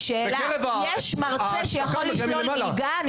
בקרב ההשתקה מגיע מלמעלה.